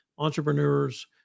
entrepreneurs